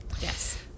Yes